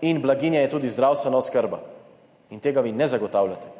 in blaginja je tudi zdravstvena oskrba, česar vi ne zagotavljate.